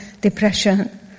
depression